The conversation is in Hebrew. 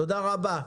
תודה רבה.